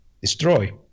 destroy